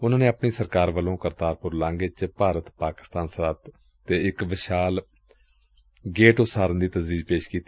ਉਨਾਂ ਨੇ ਆਪਣੀ ਸਰਕਾਰ ਵੱਲੋਂ ਕਰਤਾਰਪੁਰ ਲਾਂਘੇ ਵਿਚ ਭਾਰਤ ਪਾਕਿ ਸਰਹੱਦ ਤੇ ਇਕ ਵਿਸ਼ਾਲ ਗੇਟ ਉਸਾਰਨ ਦੀ ਤਜਵੀਜ਼ ਪੇਸ਼ ਕੀਤੀ